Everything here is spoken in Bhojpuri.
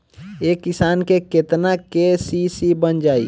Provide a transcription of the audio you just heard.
एक किसान के केतना के.सी.सी बन जाइ?